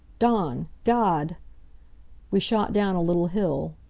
dawn! god we shot down a little hill.